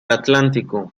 atlántico